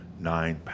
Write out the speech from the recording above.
nine